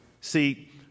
See